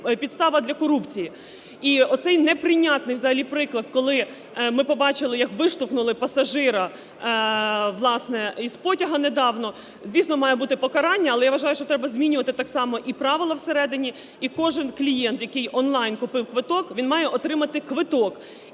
підстава для корупції. І оцей неприйнятний взагалі приклад, коли ми побачили, як виштовхнули пасажира, власне, із потяга недавно, звісно, має бути покарання. Але я вважаю, що треба змінювати так само і правила всередині, і кожен клієнт, який онлайн купив квиток, він має отримати квиток.